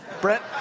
Brett